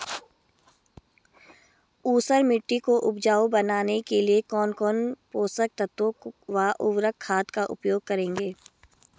ऊसर मिट्टी को उपजाऊ बनाने के लिए कौन कौन पोषक तत्वों व उर्वरक खाद का उपयोग करेंगे?